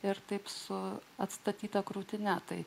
ir taip su atstatyta krūtine tai